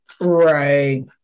Right